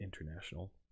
international